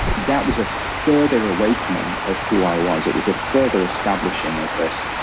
that was a further awakening of who i was. it was a further establishing of this.